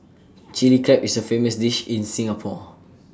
Chilli Crab is A famous dish in Singapore